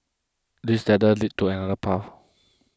this ladder leads to another path